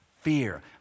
fear